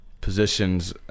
positions